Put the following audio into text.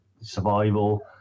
survival